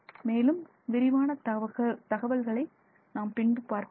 மேலும் விரிவான தகவல்களை நாம் பின்பு பார்ப்போம்